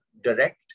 direct